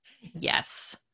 Yes